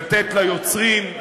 לתת ליוצרים,